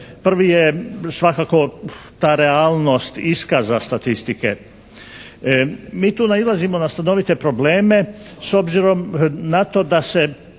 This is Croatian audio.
Prvi je svakako ta realnost iskaza statistike. Mi tu nailazimo na stanovite probleme s obzirom na to da se